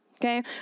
okay